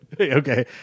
Okay